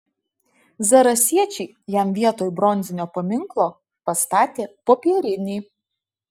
zarasiečiai jam vietoj bronzinio paminklo pastatė popierinį